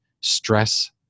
stress